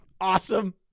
Awesome